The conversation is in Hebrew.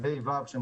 גם